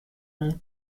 mon